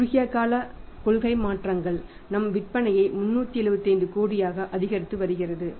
குறுகிய கால கொள்கை மாற்றங்கள் நம் விற்பனையை 375 கோடியாக அதிகரித்து வருகிறது